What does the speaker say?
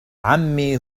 عمي